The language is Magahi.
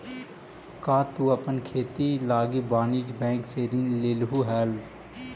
का तु अपन खेती लागी वाणिज्य बैंक से ऋण लेलहुं हल?